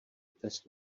test